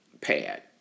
pad